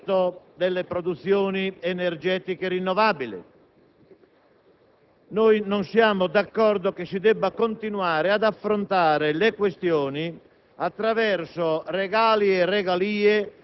26, che riguarda le produzioni energetiche rinnovabili. Non siamo d'accordo che si debba continuare ad affrontare le questioni